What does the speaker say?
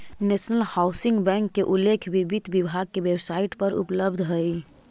national housing bank के उल्लेख भी वित्त विभाग के वेबसाइट पर उपलब्ध हइ